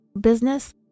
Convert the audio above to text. business